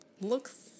looks